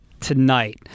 tonight